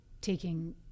taking